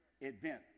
event